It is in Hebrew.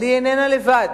אבל היא איננה לבד,